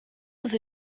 was